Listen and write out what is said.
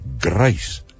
grace